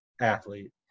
athlete